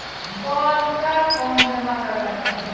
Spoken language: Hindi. पोल कर कौन जमा करवाता है?